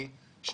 חבר ילדות של מי?